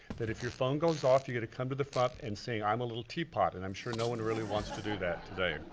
that if your phone goes off you gotta come to the front and sing i'm a little teapot, and i'm sure no one really wants to do that today.